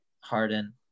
Harden